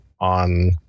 on